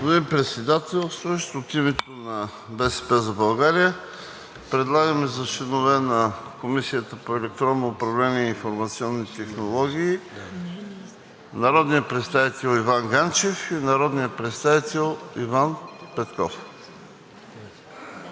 Господин Председателстващ, от името на „БСП за България“ предлагаме за членове на Комисията по електронно управление и информационни технологии народния представител Иван Ганчев и народния представител Иван Петков.